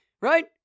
right